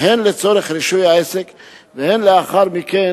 הן לצורך רישוי העסק והן לאחר מכן,